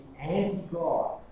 anti-God